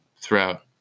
throughout